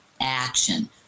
action